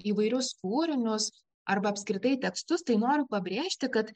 įvairius kūrinius arba apskritai tekstus tai noriu pabrėžti kad